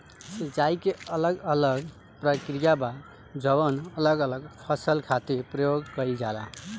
सिंचाई के अलग अलग प्रक्रिया बा जवन अलग अलग फसल खातिर प्रयोग कईल जाला